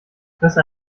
fresse